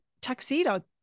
tuxedo